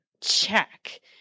Check